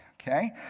Okay